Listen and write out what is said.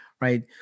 right